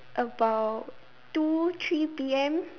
about two three P_M